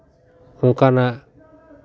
ᱚᱱᱠᱟᱱᱟᱜ